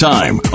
time